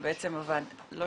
ובעצם הוועדה הזו כבר